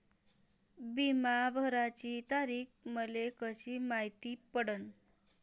बिमा भराची तारीख मले कशी मायती पडन?